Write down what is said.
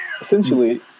essentially